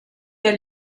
der